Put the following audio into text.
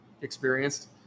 experienced